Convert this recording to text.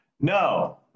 No